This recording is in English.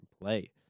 play